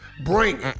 bring